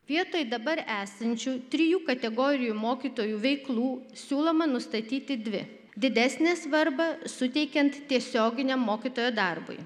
vietoj dabar esančių trijų kategorijų mokytojų veiklų siūloma nustatyti dvi didesnę svarbą suteikiant tiesioginiam mokytojo darbui